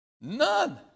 None